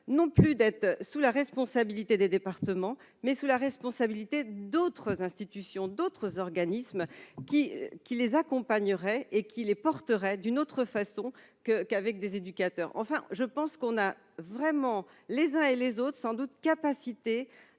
non plus d'être sous la responsabilité des départements mais sous la responsabilité d'autres institutions, d'autres organismes qui qui les accompagnerait et qui les porterait d'une autre façon que qu'avec des éducateurs, enfin je pense qu'on a vraiment les uns et les autres, sans doute, capacité